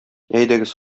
әйдәгез